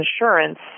insurance